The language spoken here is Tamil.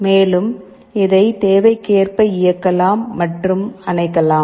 மேலும் இதை தேவைக்கேற்ப இயக்கலாம் மற்றும் அணைக்கலாம்